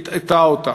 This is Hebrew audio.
הטעתה אותם.